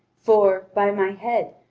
for, by my head,